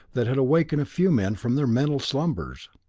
that had awakened a few men from their mental slumbers.